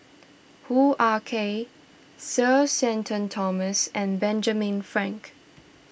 Hoo Ah Kay Sir Shenton Thomas and Benjamin Frank